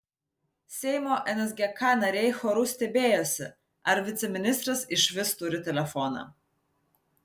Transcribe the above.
seimo nsgk nariai choru stebėjosi ar viceministras išvis turi telefoną